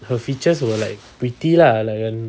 her features were like pretty lah like